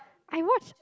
I watch